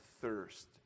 thirst